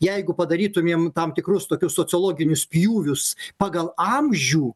jeigu padarytumėm tam tikrus tokius sociologinius pjūvius pagal amžių